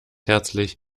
herzlich